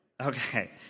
Okay